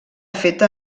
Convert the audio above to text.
feta